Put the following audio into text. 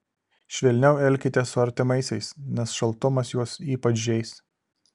švelniau elkitės su artimaisiais nes šaltumas juos ypač žeis